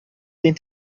tem